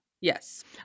Yes